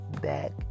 back